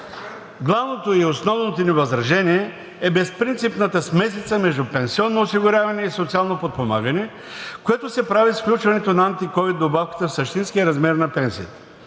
главното и основното ни възражение е безпринципната смесица между пенсионно осигуряване и социално подпомагане, което се прави с включването на антиковид добавката в същинския размер на пенсията.